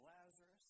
Lazarus